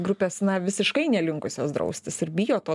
grupės na visiškai nelinkusios draustis ir bijo to